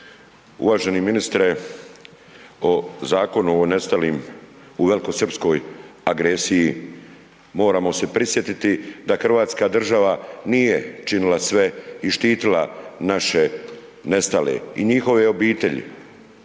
uvaženi ministre o Zakonu o nestalim u velkosrpskoj agresiji moramo se prisjetiti da Hrvatska država nije činila sve i štitila naše nestale i njihove obitelji.